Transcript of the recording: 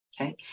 Okay